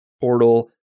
portal